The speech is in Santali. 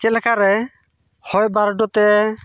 ᱪᱮᱫ ᱞᱮᱠᱟᱨᱮ ᱦᱚᱭ ᱵᱟᱨᱰᱩ ᱛᱮ